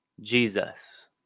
Jesus